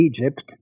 Egypt